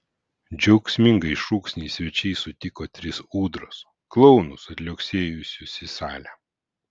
džiaugsmingais šūksniais svečiai sutiko tris ūdras klounus atliuoksėjusius į salę